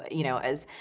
you know, as,